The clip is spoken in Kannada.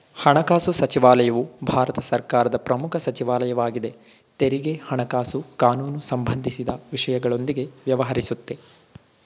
ಹಣಕಾಸು ಸಚಿವಾಲಯವು ಭಾರತ ಸರ್ಕಾರದ ಪ್ರಮುಖ ಸಚಿವಾಲಯವಾಗಿದೆ ತೆರಿಗೆ ಹಣಕಾಸು ಕಾನೂನು ಸಂಬಂಧಿಸಿದ ವಿಷಯಗಳೊಂದಿಗೆ ವ್ಯವಹರಿಸುತ್ತೆ